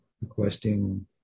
requesting